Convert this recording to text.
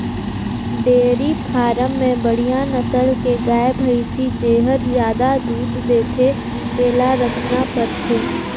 dairy farm में बड़िहा नसल के गाय, भइसी जेहर जादा दूद देथे तेला रखना परथे